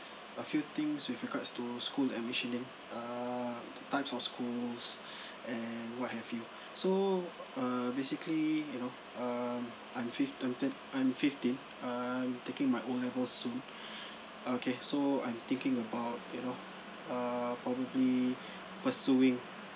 a few things with regards to school admission err types of schools and what have you so uh basically you know um I'm fifth I'm turn I'm fifteen I'm taking my O level soon okay so I'm thinking about you know err probably pursuing uh